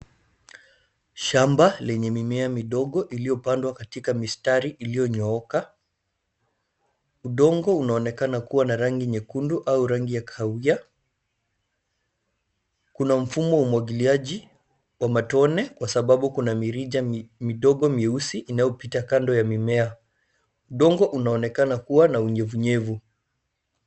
Shamba lenye mimea midogo iliyopandwa katika mistari iliyonyooka. Udongo unaonekana kuwa na rangi nyekundu au rangi ya kahawia. Kuna mfumo wa umwagiliaji wa matone kwa sababu kuna mirija midogo myeusi inayopita kando ya mimea. Udongo unaonekana kuwa na unyevunyevu.